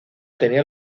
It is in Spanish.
tenía